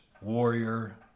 warrior